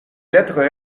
lettres